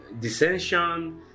dissension